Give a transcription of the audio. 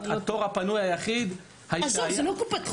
התור הפנוי היחיד -- זה לא תור לקופת חולים.